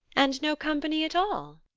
and no company at all?